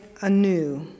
anew